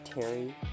Terry